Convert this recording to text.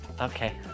Okay